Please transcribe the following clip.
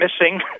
missing